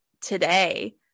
today